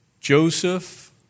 Joseph